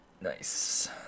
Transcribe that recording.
Nice